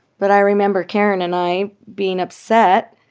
but i remember karen and i being upset.